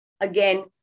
again